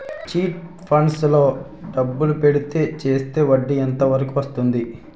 Chit funds లో డబ్బులు పెడితే చేస్తే వడ్డీ ఎంత వరకు వస్తుంది?